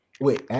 Wait